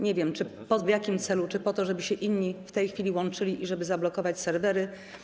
Nie wiem w jakim celu - czy po to, żeby inni w tej chwili się łączyli i żeby zablokować serwery.